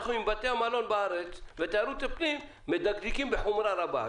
אנחנו עם בתי המלון בארץ ותיירות הפנים מדקדקים בחומרה רבה.